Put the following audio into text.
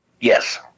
Yes